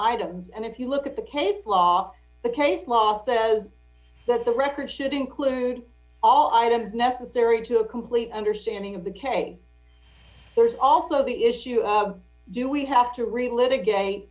items and if you look at the case law the case law says that the record should include all items necessary to a complete understanding of the case there's also the issue of do we have to relive aga